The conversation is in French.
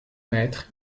maître